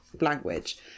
language